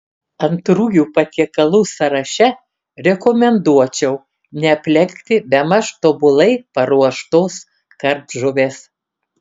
antrųjų patiekalų sąraše rekomenduočiau neaplenkti bemaž tobulai paruoštos kardžuvės